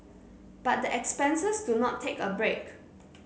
but the expenses do not take a break